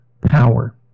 power